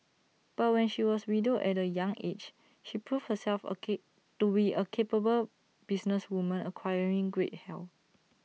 but when she was widowed at A young aged she proved herself A cake to we A capable businesswoman acquiring great health